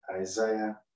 Isaiah